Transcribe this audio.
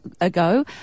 ago